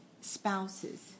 spouses